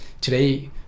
today